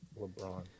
LeBron